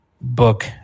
book